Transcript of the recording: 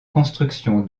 construction